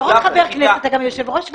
אתה לא רק חבר כנסת, אתה גם יושב-ראש ועדה.